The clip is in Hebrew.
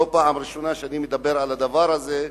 זו לא הפעם הראשונה שאני מדבר על הדבר הזה,